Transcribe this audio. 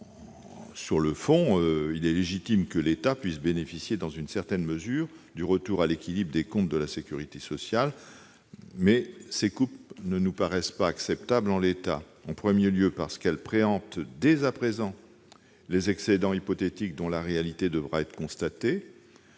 En effet, s'il est légitime que l'État puisse bénéficier, dans une certaine mesure, du retour à l'équilibre des comptes de la sécurité sociale, ces coupes ne sont pas acceptables en l'état : en premier lieu, parce qu'elles préemptent dès à présent des excédents hypothétiques dont la réalité devra être constatée